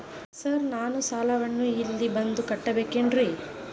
Sir ನಾನು ಸಾಲವನ್ನು ಇಲ್ಲೇ ಬಂದು ಕಟ್ಟಬೇಕೇನ್ರಿ?